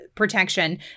protection